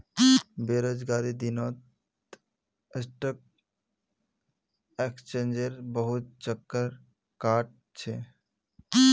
बेरोजगारीर दिनत स्टॉक एक्सचेंजेर बहुत चक्कर काट छ